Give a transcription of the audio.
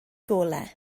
golau